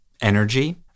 energy